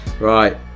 right